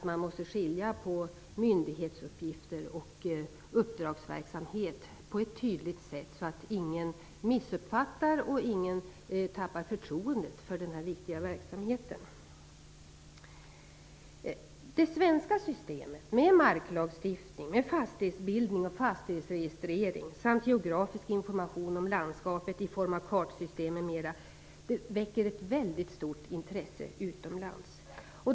Man måste skilja på myndighetsuppgifter och uppdragsverksamhet på ett tydligt sätt, så att ingen missuppfattar och tappar förtroendet för den här viktiga verksamheten. Det svenska systemet med marklagstiftning, med fastighetsbildning och fastighetsregistrering samt geografisk information om landskapet i form om kartsystem m.m. väcker ett väldigt stort intresse utomlands.